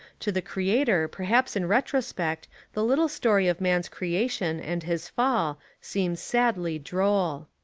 to the creator perhaps in retrospect the little story of man's creation and his fall seems sadly droll.